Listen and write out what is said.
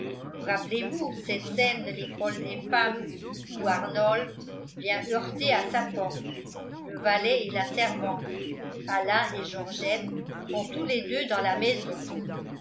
rappelez-vous cette scène de l'école des femmes où arnolphe vient heurter à sa porte le valet et la servante alain et georgette sont tous les deux dans la maison